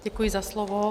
Děkuji za slovo.